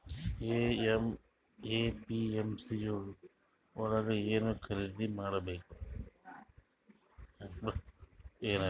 APMC ಯೊಳಗ ಏನ್ ಖರೀದಿದ ಮಾಡ್ಬೇಕು?